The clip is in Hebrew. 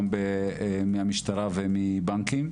גם מהמשטרה ומבנקים,